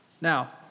Now